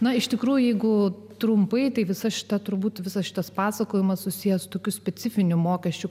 na iš tikrųjų jeigu trumpai tai visa šita turbūt visas šitas pasakojimas susijęs tokių specifinių mokesčių